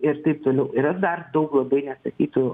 ir taip toliau yra dar daug labai neatsakytų